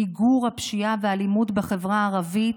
מיגור הפשיעה והאלימות בחברה הערבית,